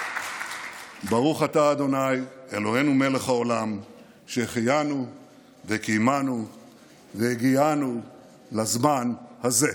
אלוהינו מלך העולם שהחיינו וקיימנו והגיענו לזמן הזה".